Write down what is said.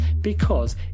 Because